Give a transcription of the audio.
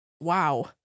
wow